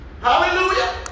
Hallelujah